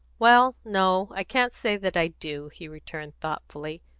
well, no i can't say that i do, he returned thoughtfully,